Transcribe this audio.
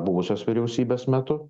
buvusios vyriausybės metu